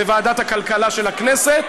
בוועדת הכלכלה של הכנסת?